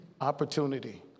opportunity